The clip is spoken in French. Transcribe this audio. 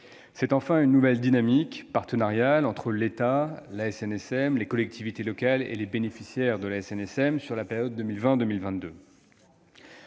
C'est enfin une nouvelle dynamique partenariale entre l'État, la SNSM, les collectivités locales et les bénéficiaires de la SNSM, sur la période allant